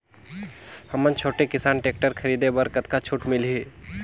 हमन छोटे किसान टेक्टर खरीदे बर कतका छूट मिलही?